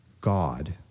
God